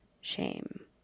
shame